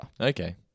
Okay